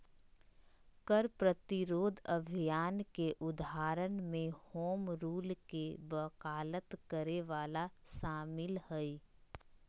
कर प्रतिरोध अभियान के उदाहरण में होम रूल के वकालत करे वला शामिल हइ